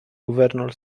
guvernul